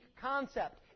concept